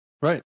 Right